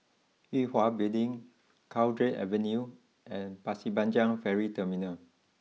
Yue Hwa Building Cowdray Avenue and Pasir Panjang Ferry Terminal